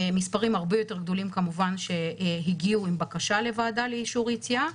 מספרים הרבה יותר גדולים כמובן הגיעו עם בקשה לוועדה לאישור יציאה.